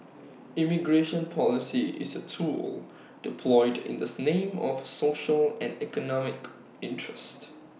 immigration policy is A tool deployed in the name of social and economic interest